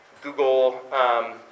Google